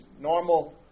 normal